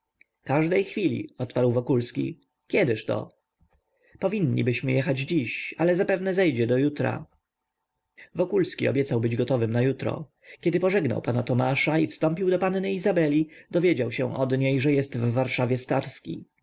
nami każdej chwili odparł wokulski kiedyż to powinnibyśmy jechać dziś ale zapewne zejdzie do jutra wokulski obiecał być gotowym na jutro kiedy pożegnał pana tomasza i wstąpił do panny izabeli dowiedział się od niej że jest w warszawie starski